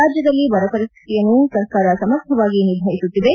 ರಾಜ್ಞದಲ್ಲಿ ಬರಪರಿಸ್ತಿತಿಯನ್ನು ಸರ್ಕಾರ ಸಮರ್ಥವಾಗಿ ನಿಭಾಯಿಸುತ್ತಿದೆ